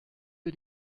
wir